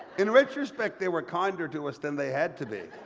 in retrospect they were kinder to us than they had to